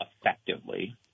effectively